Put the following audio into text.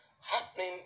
happening